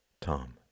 Tom